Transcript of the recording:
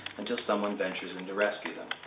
until someone ventures in to rescue them.